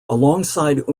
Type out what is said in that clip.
alongside